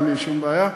אין לי שום בעיה.